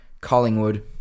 Collingwood